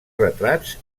retrats